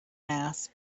mass